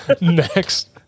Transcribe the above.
Next